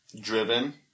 driven